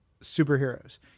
superheroes